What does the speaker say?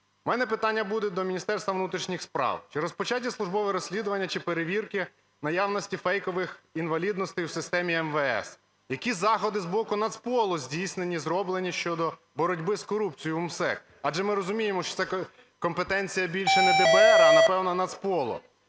У мене питання буде до Міністерства внутрішніх справ. Чи розпочаті службові розслідування чи перевірки наявності фейкових інвалідностей в системі МВС? Які заходи з боку Нацполу здійснені, зроблені щодо боротьби з корупцією у МСЕК? Адже ми розуміємо, що це компетенція більше не ДБР, а, напевно, Нацполу.